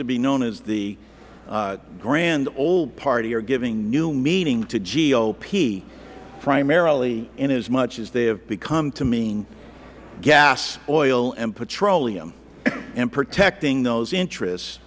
to be known as the grand old party are giving new meaning to gop primarily inasmuch as they have become to mean gas oil and petroleum and protecting those interests